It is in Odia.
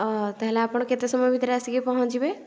ଓହ ତା'ହେଲେ ଆପଣ କେତେ ସମୟ ଭିତରେ ଆସିକି ପହଞ୍ଚିବେ